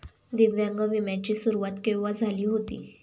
दिव्यांग विम्या ची सुरुवात केव्हा झाली होती?